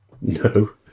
No